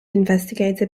investigator